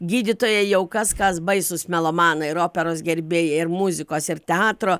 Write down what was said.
gydytojai jau kas kas baisūs melomanai ir operos gerbėjai ir muzikos ir teatro